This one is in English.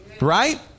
Right